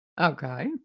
Okay